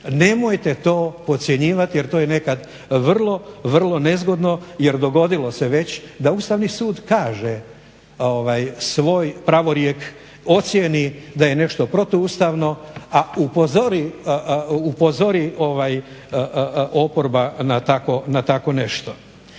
Nemojte to podcjenjivati jer to je nekad vrlo, vrlo nezgodno jer dogodilo se već da Ustavni sud kaže svoj pravorijek, ocijeni da je nešto protuustavno, a upozori oporba na takvo nešto.